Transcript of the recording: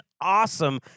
awesome